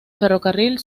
ferrocarril